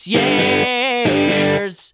years